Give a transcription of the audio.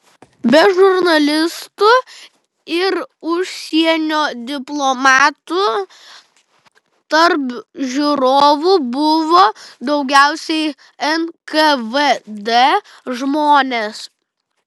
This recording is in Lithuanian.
be žurnalistų ir užsienio diplomatų tarp žiūrovų buvo daugiausiai nkvd žmonės